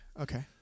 Okay